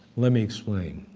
let me explain.